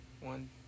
One